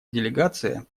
делегация